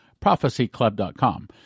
prophecyclub.com